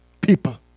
people